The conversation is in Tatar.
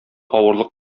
авырлык